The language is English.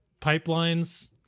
pipelines